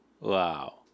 Wow